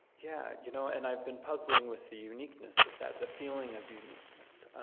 yeah, you know and i've been puzzling with the uniqueness of that, the feeling of uniqueness.